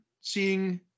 seeing